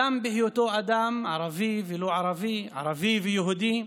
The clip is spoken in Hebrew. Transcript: אדם בהיותו אדם, ערבי ולא ערבי, ערבי ויהודי,